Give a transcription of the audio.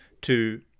to-